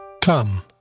Come